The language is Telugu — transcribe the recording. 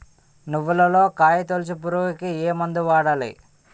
నువ్వులలో కాయ తోలుచు పురుగుకి ఏ మందు వాడాలి?